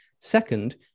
Second